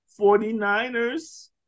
49ers